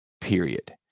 period